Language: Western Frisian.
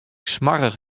smoarch